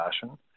fashion